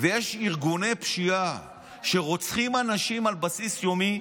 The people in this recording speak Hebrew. ויש ארגוני פשיעה שרוצחים אנשים על בסיס יומי,